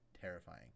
terrifying